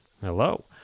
Hello